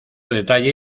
detalle